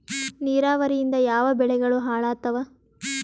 ನಿರಾವರಿಯಿಂದ ಯಾವ ಬೆಳೆಗಳು ಹಾಳಾತ್ತಾವ?